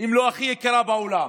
אם לא הכי יקרה בעולם.